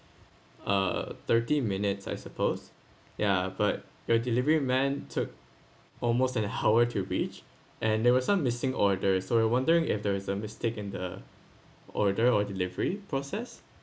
uh thirty minutes I suppose ya but your delivery man took almost an hour to reach and there were some missing order so I wondering if there is a mistake in the order or delivery process